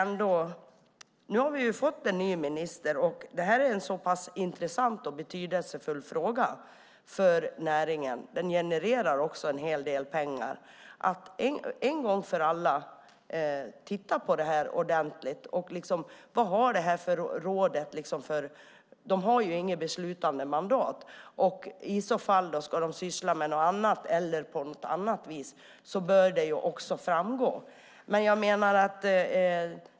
Nu har vi fått en ny minister, och detta är en så pass intressant och betydelsefull fråga för näringen - och den genererar också en hel del pengar - att man en gång för alla borde titta ordentligt på detta. Rådet har inget beslutandemandat, och ska de syssla med något annat eller på något annat vis bör det också framgå.